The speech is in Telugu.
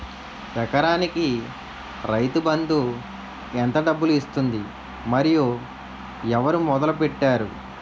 ఎకరానికి రైతు బందు ఎంత డబ్బులు ఇస్తుంది? మరియు ఎవరు మొదల పెట్టారు?